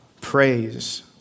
praise